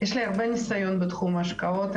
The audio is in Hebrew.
יש לי הרבה ניסיון בתחום ההשקעות,